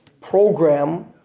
program